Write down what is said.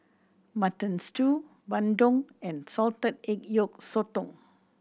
Mutton Stew bandung and salted egg yolk sotong